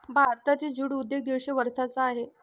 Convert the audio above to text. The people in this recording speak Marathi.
भारतातील ज्यूट उद्योग दीडशे वर्षांचा आहे